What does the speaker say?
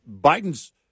Biden's